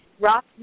rock